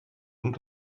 und